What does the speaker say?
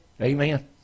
Amen